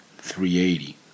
380